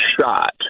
shot